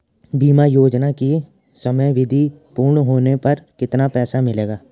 बीमा योजना की समयावधि पूर्ण होने पर कितना पैसा मिलेगा?